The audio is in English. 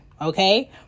Okay